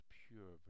pure